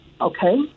Okay